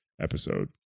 episode